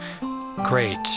Great